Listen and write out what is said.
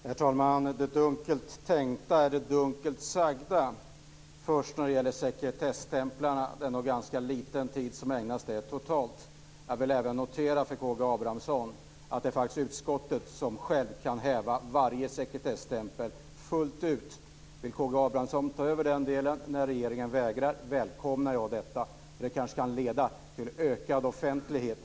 Herr talman! Det dunkelt tänkta är det dunkelt sagda. När det gäller sekretesstämplarna så är det nog ganska liten tid som har ägnats dem totalt. Jag vill även notera för K G Abramsson att det faktiskt är utskottet som självt kan häva varje sekretesstämpel fullt ut. Vill K G Abramsson ta över den delen när regeringen vägrar så välkomnar jag detta. Det kanske kan leda till ökad offentlighet.